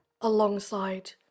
alongside